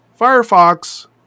Firefox